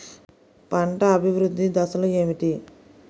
పంట అభివృద్ధి దశలు ఏమిటి?